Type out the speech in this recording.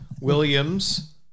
Williams